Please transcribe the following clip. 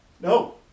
no